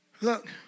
Look